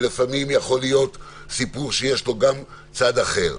ולפעמים יכול להיות סיפור שיש לו גם צד אחר.